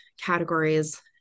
categories